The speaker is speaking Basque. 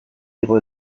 igo